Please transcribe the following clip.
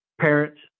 parents